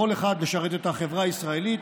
אנחנו נאפשר לכל אחד לשרת את החברה הישראלית